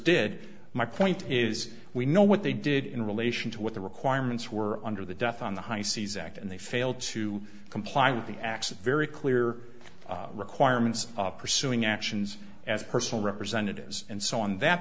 did my point is we know what they did in relation to what the requirements were under the death on the high seas act and they failed to comply with the acts very clear requirements of pursuing actions as personal representatives and so on that